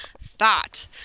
thought